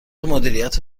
مدیریت